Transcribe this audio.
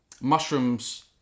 mushrooms